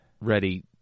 ready